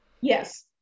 Yes